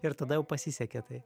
ir tada jau pasisekė tai